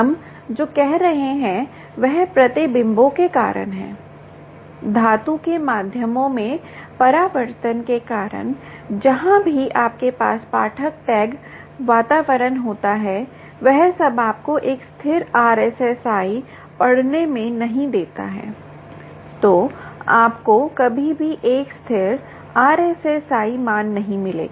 हम जो कह रहे हैं वह प्रतिबिंबों के कारण है धातु के माध्यमों में परावर्तन के कारण जहां भी आपके पास पाठक टैग वातावरण होता है वह सब आपको एक स्थिर RSSI पढ़ने में नहीं देता है तो आपको कभी भी एक स्थिर RSSI मान नहीं मिलेगा